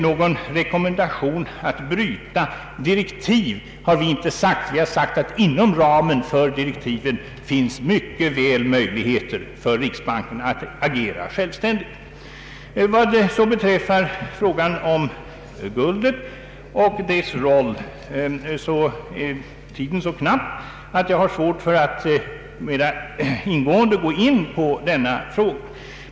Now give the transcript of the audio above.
Någon rekommendation att bryta riksdagens direktiv har vi alls inte framfört. Däremot har vi sagt att inom direktivens ram finns mycket väl möjligheter för riksbanken att agera självständigt. Vad så beträffar frågan om guldet och dess roll är min tid här i talarstolen så knapp att jag inte mer ingående kan gå in på den frågan.